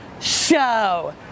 Show